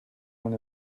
when